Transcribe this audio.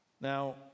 Now